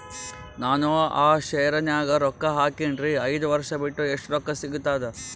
ನಾನು ಆ ಶೇರ ನ್ಯಾಗ ರೊಕ್ಕ ಹಾಕಿನ್ರಿ, ಐದ ವರ್ಷ ಬಿಟ್ಟು ಎಷ್ಟ ರೊಕ್ಕ ಸಿಗ್ತದ?